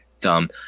dumb